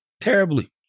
terribly